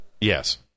Yes